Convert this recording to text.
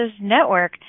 Network